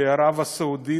בערב הסעודית,